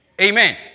Amen